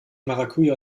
maracuja